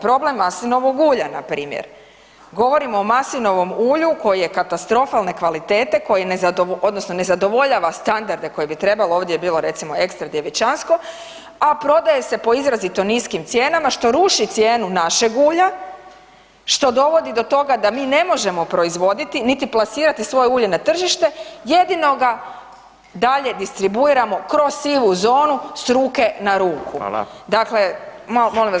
Problem maslinovog ulja, npr. Govorim o maslinovom ulju koje je katastrofalne kvalitete, koji ne zadovoljava odnosno ne zadovoljava standarde koje bi trebalo, ovdje je bilo recimo ekstra djevičansko a prodaje se po izrazito niskim cijenama što ruši cijenu našeg ulja, što dovodi do toga mi ne možemo proizvoditi niti plasirati svoje ulje na tržište, jedino ga dalje distribuiramo kroz sivu zonu s ruke na ruku [[Upadica Radin: Hvala.]] Dakle, molim vas